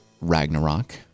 Ragnarok